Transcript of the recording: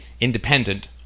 independent